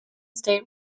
state